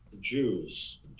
Jews